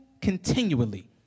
continually